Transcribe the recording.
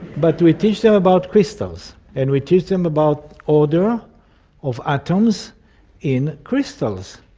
but we teach them about crystals and we teach them about order of atoms in crystals.